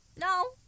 no